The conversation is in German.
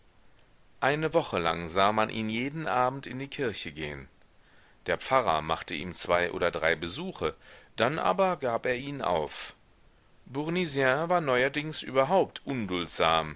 eine woche lang sah man ihn jeden abend in die kirche gehen der pfarrer machte ihm zwei oder drei besuche dann aber gab er ihn auf bournisien war neuerdings überhaupt